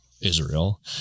Israel